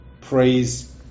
Praise